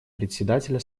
председателя